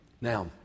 Now